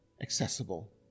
accessible